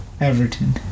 Everton